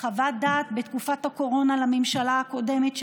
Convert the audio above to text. חוות דעת בתקופת הקורונה לממשלה הקודמת,